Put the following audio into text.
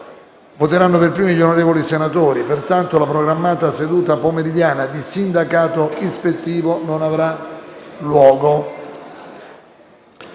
Voteranno per primi gli onorevoli senatori. Pertanto, la programmata seduta pomeridiana di sindacato ispettivo non avrà luogo.